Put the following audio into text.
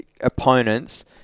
opponents